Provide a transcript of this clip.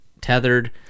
Tethered